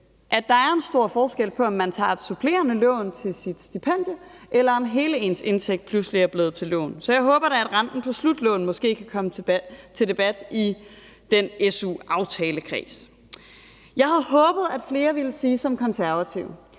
Der er en stor forskel på, om man tager et supplerende lån til sit stipendie, eller om hele ens indtægt pludselig er blevet til lån. Så jeg håber da, at renten på slutlån måske kan komme til debat i su-aftalekredsen. Jeg havde håbet, at flere ville sige som Konservative.